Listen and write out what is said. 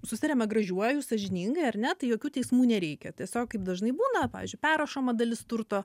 susitariame gražiuoju sąžiningai ar ne tai jokių teismų nereikia tiesiog kaip dažnai būna pavyzdžiui perrašoma dalis turto